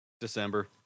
december